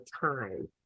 time